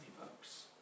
folks